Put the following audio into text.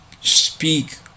speak